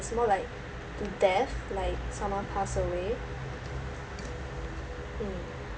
it's more like death like someone passed away mm